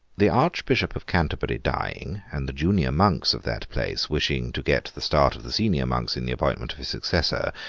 the archbishop of canterbury dying, and the junior monks of that place wishing to get the start of the senior monks in the appointment of his successor,